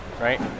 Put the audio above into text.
right